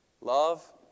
Love